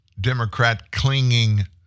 Democrat-clinging